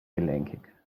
gelenkig